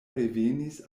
revenis